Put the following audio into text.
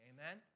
Amen